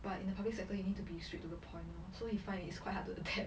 but in the public sector he need to be straight to the point lor so he find it's quite hard to adapt